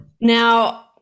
Now